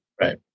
Right